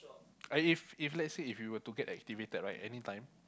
if if let's say if you were to get activated right anytime